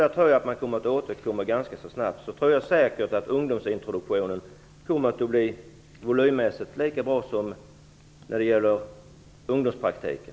Jag tror att man kommer att återkomma ganska snabbt. Jag tror säker att ungdomsintroduktionen volymmässigt kommer att bli lika bra som ungdomspraktiken.